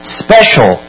special